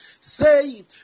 say